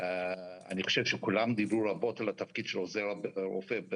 סדר-היום: הסדרת המקצוע של עוזרי רפואה.